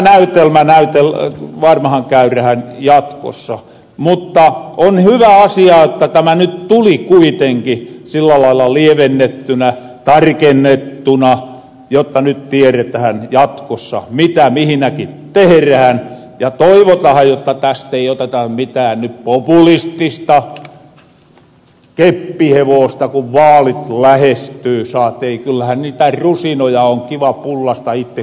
tämä näytelmä varmahan käyrähän jatkossa mutta on hyvä asia että tämä nyt tuli kuitenki sillä lailla lievennettynä tarkennettuna jotta nyt tieretähän jatkossa mitä mihinäkin tehrähän ja toivotahan jotta täst ei oteta nyt mitään populistista keppihevosta kun vaalit lähestyy saatei kyllähän niitä rusinoja on kiva pullasta itte kunkin syörä